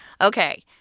Okay